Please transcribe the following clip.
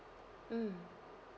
mm